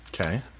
Okay